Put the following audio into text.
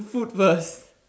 food first